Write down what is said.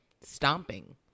stomping